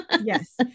yes